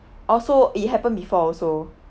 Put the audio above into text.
also it happen before also